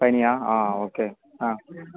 പനിയാണോ ആ ഓക്കെ ആ